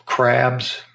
Crabs